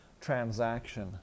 transaction